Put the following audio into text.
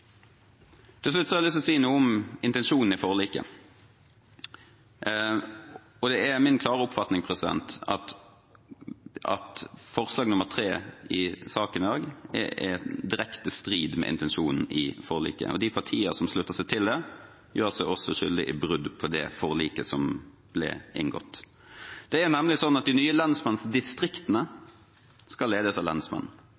Til slutt har jeg lyst til å si noe om intensjonen i forliket. Det er min klare oppfatning at forslag til vedtak III i denne saken er direkte i strid med intensjonen i forliket, og at de partiene som slutter seg til det, også gjør seg skyldig i brudd på det forliket som ble inngått. Det er nemlig slik at de nye